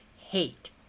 hate